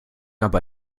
aber